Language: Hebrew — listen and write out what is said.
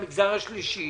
המגזר השלישי,